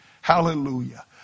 Hallelujah